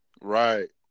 Right